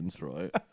right